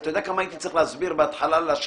לגמרי.